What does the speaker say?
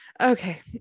Okay